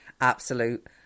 absolute